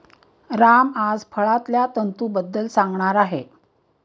राम आज फळांतल्या तंतूंबद्दल सांगणार आहे